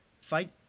fight